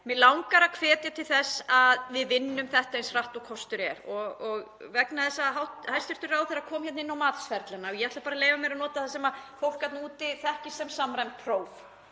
mig langar að hvetja til þess að við vinnum þetta eins hratt og kostur er. Vegna þess að hæstv. ráðherra kom inn á matsferlana þá ætla ég að leyfa mér að nota það sem fólk þarna úti þekkir sem samræmd próf;